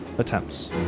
attempts